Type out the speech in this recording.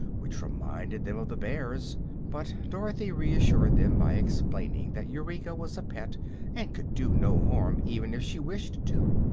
which reminded them of the bears but dorothy reassured them by explaining that eureka was a pet and could do no harm even if she wished to.